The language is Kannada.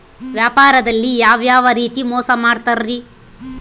ವ್ಯಾಪಾರದಲ್ಲಿ ಯಾವ್ಯಾವ ರೇತಿ ಮೋಸ ಮಾಡ್ತಾರ್ರಿ?